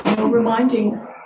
reminding